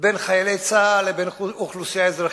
בין חיילי צה"ל לבין אוכלוסייה אזרחית.